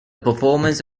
performance